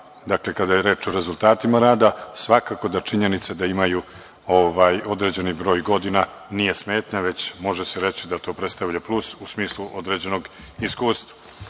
kada je reč o rezultatima rada, svakako da činjenica da imaju određeni broj godina nije smetnja, već se može reći da to predstavlja plus u smislu određenog iskustva. Evo,